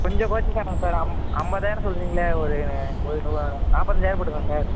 கொஞ்சம் கொறைச்சி தாங்க சார் ஐம்பதாயிரோம் சொல்கிறிங்களே ஒரு ஒரு நாப்பத்தஞ்சாயிரம் போட்டுக்கங்க சார்